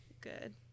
good